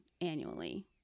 annually